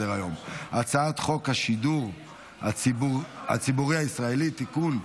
גם הצעת חוק שירות הקבע בצבא הגנה לישראל (גמלאות) (תיקון,